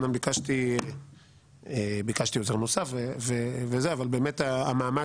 אומנם ביקשתי עוזר נוסף אבל באמת המאמץ